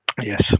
yes